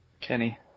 Kenny